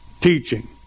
Teaching